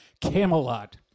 camelot